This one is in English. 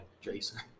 Jason